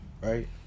right